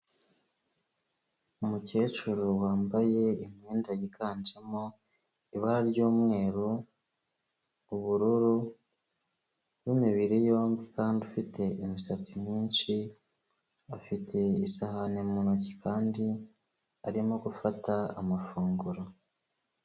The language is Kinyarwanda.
Umukecuru wambaye imyenda yiganjemo ibara ry'umweru, ubururu, w'imibiri yombi kandi ufite imisatsi myinshi, afite isahani mu ntoki kandi arimo gufata amafunguro.